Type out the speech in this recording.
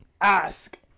ask